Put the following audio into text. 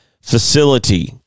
facility